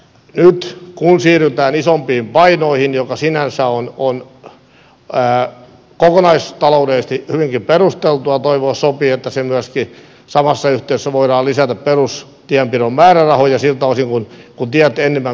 nyt kun siirrytään isompiin painoihin mikä sinänsä on kokonaistaloudellisesti hyvinkin perusteltua toivoa sopii että myöskin samassa yhteydessä voidaan lisätä perustienpidon määrärahoja siltä osin kun tiet enemmän kuluvat